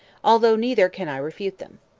although neither can i refute them.